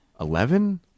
Eleven